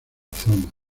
zona